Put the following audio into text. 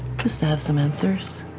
just have some answers,